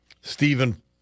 Stephen